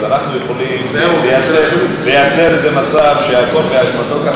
אז אנחנו יכולים לייצר איזה מצב שהכול באשמתו.